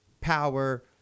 power